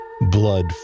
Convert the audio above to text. Blood